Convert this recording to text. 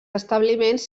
establiments